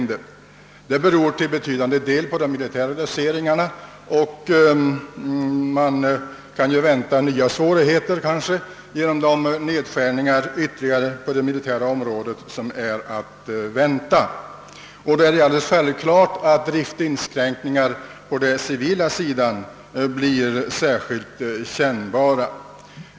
Detta beror till betydande del på de militära reduceringarna, och man kan kanske förutse nya svårigheter på grund av de ytterligare nedskärningar på det militära området som är att vänta. Driftsinskränkningarna på den civila sidan blir naturligtvis mot denna bakgrund särskilt kännbara.